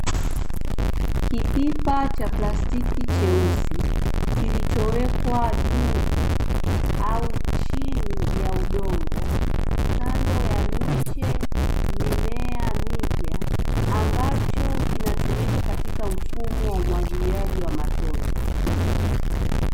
Kipipa cha plastiki cheusi kilichowekwa juu au chini ya udongo kando ya miche mimea mipya, ambacho kinatumika katika mfumo wa umwagiliaji wa matone.